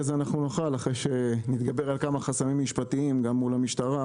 אחרי שנתגבר על כמה חסמים משפטיים גם מול המשטרה